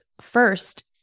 first